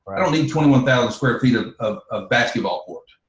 i don't need twenty one thousand square feet of of a basketball court.